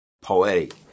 poetic